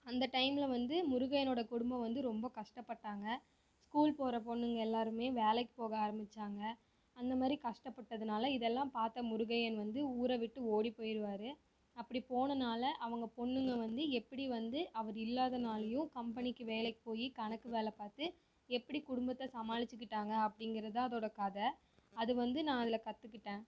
அந்த டைமில் வந்து முருகையனோட குடும்பம் வந்து ரொம்ப கஷ்டப்பட்டாங்க ஸ்கூல் போகிற பொண்ணுங்கள் எல்லோருமே வேலைக்கு போக ஆரம்பித்தாங்க அந்தமாதிரி கஷ்டப்பட்டதனால இதெல்லாம் பார்த்த முருகையன் வந்து ஊரை விட்டு ஓடி போயிடுவாரு அப்படி போனதனால அவங்க பொண்ணுங்கள் வந்து எப்படி வந்து அவர் இல்லாததனாலையும் கம்பெனிக்கு வேலைக்கு போய் கணக்கு வேலை பார்த்து எப்படி குடும்பத்தை சமாளிச்சுக்கிட்டாங்க அப்டிங்கிறதுதான் அதோட கதை அது வந்து நான் அதில் கத்துக்கிட்டேன்